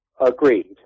agreed